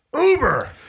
Uber